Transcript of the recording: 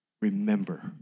Remember